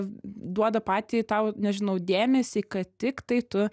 duoda patį tau nežinau dėmesį kad tiktai tu